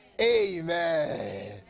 amen